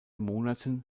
monaten